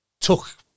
took